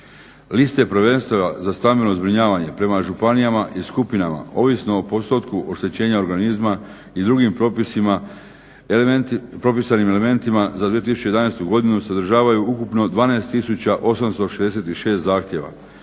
Liste prvenstva za stambeno zbrinjavanje prema županijama i skupinama ovisno o postotku oštećenja organizma i drugim propisanim elementima za 2011. godinu sadržavaju ukupno 12866 zahtjeva,